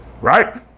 Right